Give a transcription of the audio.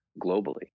globally